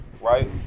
right